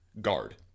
guard